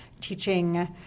teaching